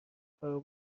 کارو